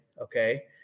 okay